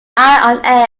eye